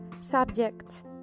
Subject